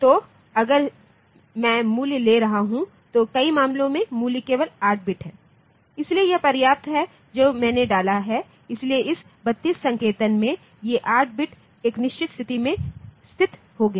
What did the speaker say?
तो अगर मैं मूल्य ले रहा हूं तो कई मामलों में मूल्य केवल 8 बिट हैं इसलिए यह पर्याप्त है जो मैंने डाला है इसलिए इस 32 संकेतन में ये 8 बिट्स एक निश्चित स्थिति में स्थित होंगे